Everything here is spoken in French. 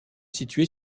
située